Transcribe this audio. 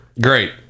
Great